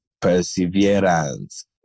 perseverance